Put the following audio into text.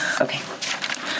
Okay